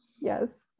Yes